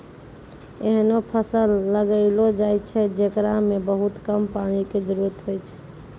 ऐहनो फसल लगैलो जाय छै, जेकरा मॅ बहुत कम पानी के जरूरत होय छै